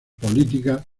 políticas